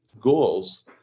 goals